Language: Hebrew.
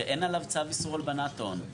שאין עליו צו איסור הלבנת הון,